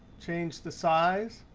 change the size.